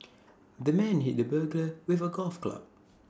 the man hit the burglar with A golf club